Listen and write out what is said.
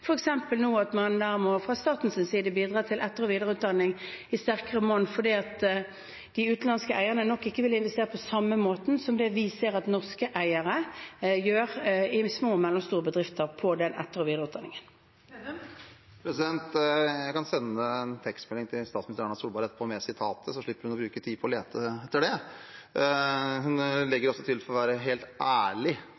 at man der fra statens side nå må bidra til etter- og videreutdanning i sterkere monn, fordi de utenlandske eierne nok ikke vil investere på samme måten som det vi ser at norske eiere i små og mellomstore bedrifter gjør på etter- og videreutdanning. Det blir oppfølgingsspørsmål – først Trygve Slagsvold Vedum. Jeg kan sende en tekstmelding til statsminister Erna Solberg etterpå med sitatet, så slipper hun å bruke tid på å lete etter det. Hun legger